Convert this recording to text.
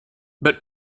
but